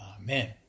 Amen